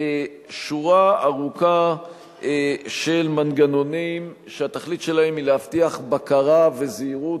שורה ארוכה של מנגנונים שהתכלית שלהם היא להבטיח בקרה וזהירות,